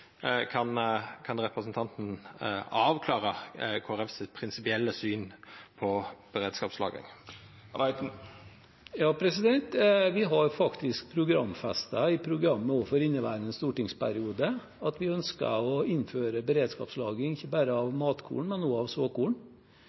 Kan representanten Reiten avklara Kristeleg Folkepartis prinsipielle syn på beredskapslagring? Vi har faktisk programfestet i programmet også for inneværende stortingsperiode at vi ønsker å innføre beredskapslagring ikke bare for matkorn, men også for såkorn.